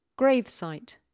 Gravesite